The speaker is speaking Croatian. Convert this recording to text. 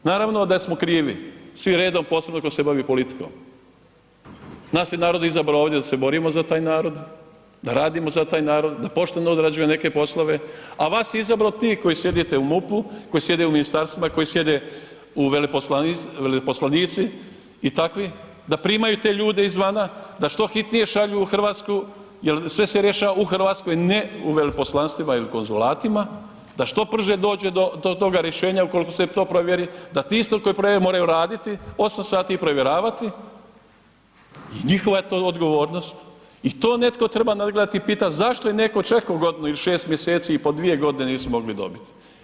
Naravno da smo krivi svi redom, posebno koji se bave politikom, nas je narod izabrao ovdje da se borimo za taj narod, da radimo za taj narod, da pošteno odrađuje neke poslove, a vas je izabrao ti koji sjedite u MUP-u, koji sjede u ministarstvima i koji sjede u, veleposlanici i takvi, da primaju te ljude iz vana, da što hitnije šalju u RH, jel sve se rješava u RH, ne u veleposlanstvima ili konzulatima, da što brže dođe do toga rješenja ukoliko se to provjeri, da ti isti koji prodaju moraju raditi 8 sati i provjeravati i njihova je to odgovornost i to netko treba netko nadgledati i pitat zašto je netko čekao godinu il šest mjeseci i po dvije godine nisu mogli dobit.